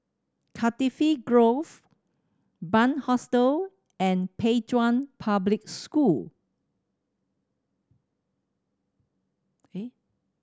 Cardifi Grove Bunc Hostel and Pei Chun Public School